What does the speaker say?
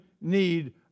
need